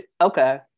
okay